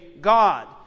God